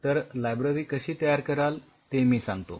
तर लायब्ररी कशी तयार कराल ते मी सांगतो